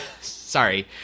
Sorry